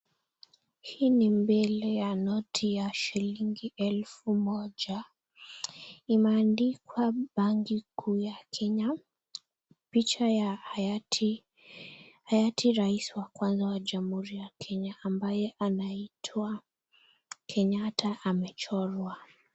Hii ni mbele ya noti ya shilingi elfu moja imeandikwa benki kuu ya kenya. Picha ya hayati rais wa kwanza wa jamuhuri ya kenya ambaye anaitwa Kenyatta amechorwa.